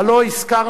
אבל לא הזכרתי